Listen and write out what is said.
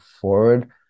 forward